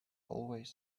always